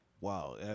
Wow